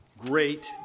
great